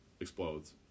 explodes